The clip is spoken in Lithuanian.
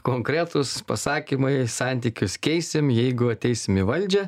konkretūs pasakymai santykius keisim jeigu ateisim į valdžią